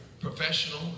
professional